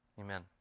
Amen